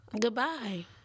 Goodbye